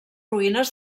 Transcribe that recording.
ruïnes